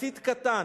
יחסית קטן.